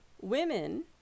Women